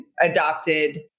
adopted